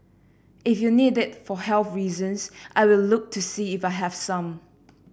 if you need it for health reasons I will look to see if I have some